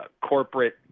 corporate